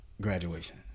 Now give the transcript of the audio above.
graduation